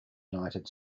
united